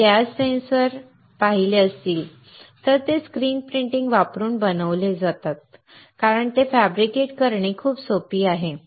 जर तुम्ही gas sensor पाहिले असतील तर ते स्क्रीन प्रिंटिंग वापरून बनवले जातात कारण ते फॅब्रिकेट करणे खूप सोपे आहे